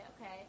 okay